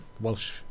Welsh